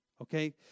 okay